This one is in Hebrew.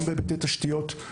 גם בהיבטי תשתיות,